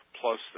plus